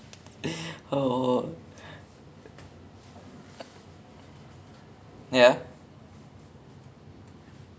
it's so like it's so if you think about it it's so dumb you know because choa chu kang secondary right it's like it's opposite it's opposite choa chu kang polyclinic which is at teck whye